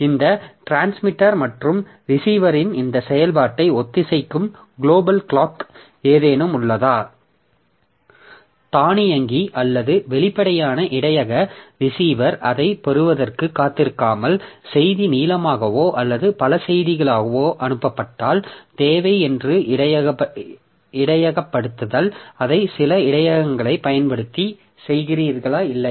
இந்த டிரான்ஸ்மிட்டர் மற்றும் ரிசீவரின் இந்த செயல்பாட்டை ஒத்திசைக்கும் க்ளோபல் கிளாக் ஏதேனும் உள்ளதா தானியங்கி அல்லது வெளிப்படையான இடையக ரிசீவர் அதைப் பெறுவதற்குக் காத்திருக்காமல் செய்தி நீளமாகவோ அல்லது பல செய்திகளாகவோ அனுப்பப்பட்டால் தேவை என்று இடையகப்படுத்துதல் அதை சில இடையகங்களைப் பயன்படுத்தி செய்கிறீர்களா இல்லையா